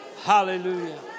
hallelujah